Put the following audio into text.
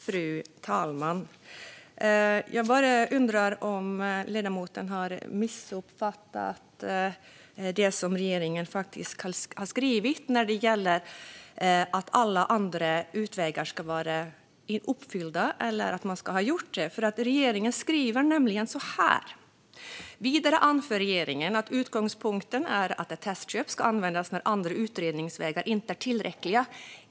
Fru talman! Jag undrar bara om ledamoten har missuppfattat det som regeringen faktiskt har skrivit när det gäller att alla andra utvägar ska vara uttömda och att man ska ha gjort allt annat. Utskottet skriver så här: "Vidare anför regeringen att utgångspunkten är att ett testköp ska användas när andra utredningsvägar inte är tillräckliga.